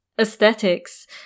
aesthetics